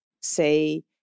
say